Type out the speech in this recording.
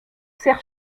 sert